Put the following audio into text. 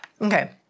okay